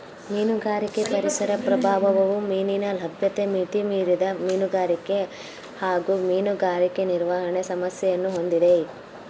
ಮೀನುಗಾರಿಕೆ ಪರಿಸರ ಪ್ರಭಾವವು ಮೀನಿನ ಲಭ್ಯತೆ ಮಿತಿಮೀರಿದ ಮೀನುಗಾರಿಕೆ ಹಾಗೂ ಮೀನುಗಾರಿಕೆ ನಿರ್ವಹಣೆ ಸಮಸ್ಯೆಯನ್ನು ಹೊಂದಿದೆ